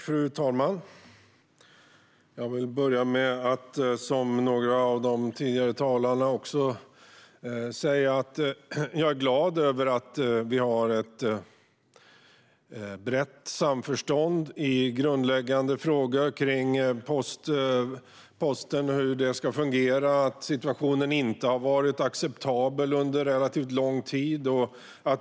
Fru talman! Jag vill börja med att säga, som några av de tidigare talarna, att jag är glad över att vi har ett brett samförstånd i grundläggande frågor kring posten och hur den ska fungera. Situationen har inte varit acceptabel under en relativt lång tid.